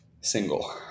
single